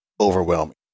overwhelming